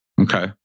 Okay